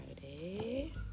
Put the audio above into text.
Friday